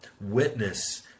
witness